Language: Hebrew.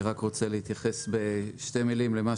אני רק רוצה להתייחס בשתי מילים למה